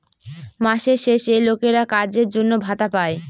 মাসের শেষে লোকেরা কাজের জন্য ভাতা পাই